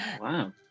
wow